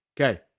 Okay